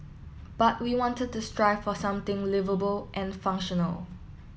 but we wanted to strive for something liveable and functional